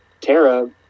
Tara